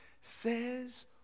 says